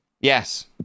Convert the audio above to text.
Yes